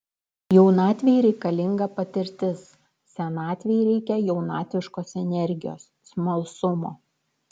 jaunatvei reikalinga patirtis senatvei reikia jaunatviškos energijos smalsumo